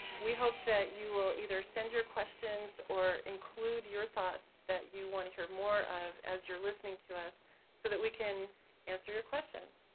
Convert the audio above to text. we hope that you will either send your questions or include your thoughts that you wanna hear more of as you're listening to us so that we can answer your questions.